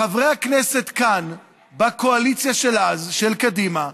חברי הכנסת בקואליציה של אז, של קדימה,